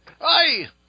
Aye